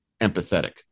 empathetic